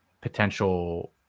potential